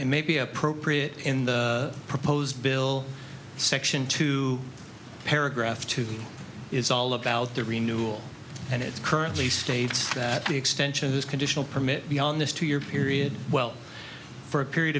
and may be appropriate in the proposed bill section two pair gratitude is all about the renewal and it currently states that the extension is conditional permit beyond this two year period well for a period